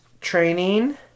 training